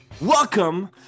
welcome